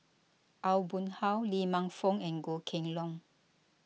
Aw Boon Haw Lee Man Fong and Goh Kheng Long